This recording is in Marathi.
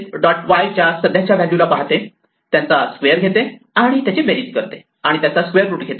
y च्या सध्याच्या व्हॅल्यूला पाहते त्यांचा स्क्वेअर घेते आणि त्यांची बेरीज करते आणि त्याचा स्क्वेअर रूट घेते